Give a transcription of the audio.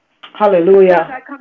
Hallelujah